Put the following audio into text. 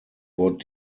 wort